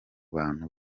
bantu